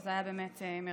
וזה היה באמת מרגש.